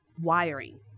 wiring